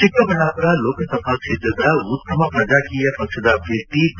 ಚಿಕ್ಕಬಳ್ಳಾಮರ ಲೋಕಸಭಾ ಕ್ಷೇತ್ರದ ಉತ್ತಮ ಪ್ರಜಾಕೀಯ ಪಕ್ಷದ ಅಭ್ಯರ್ಥಿ ಬಿ